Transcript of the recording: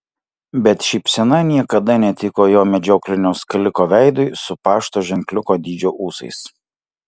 bet šypsena niekada netiko jo medžioklinio skaliko veidui su pašto ženkliuko dydžio ūsais